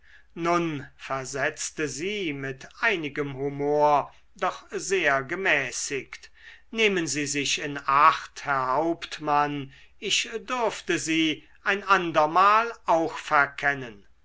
nun versetzte sie mit einigem humor doch sehr gemäßigt nehmen sie sich in acht herr hauptmann ich dürfte sie ein andermal auch verkennen